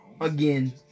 again